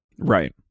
Right